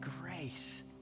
grace